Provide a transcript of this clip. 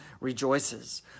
rejoices